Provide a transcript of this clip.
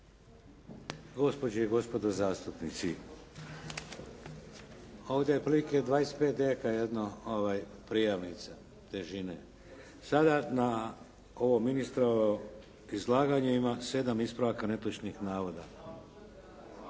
Gospođe i gospodo zastupnici. Ovdje je otprilike 25 deka jedno prijavnica težine. Sada na ovo ministrovo izlaganje ima 7 ispravaka netočnih navoda.